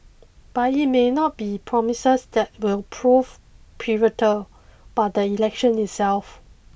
but it may not be the promises that will prove pivotal but the election itself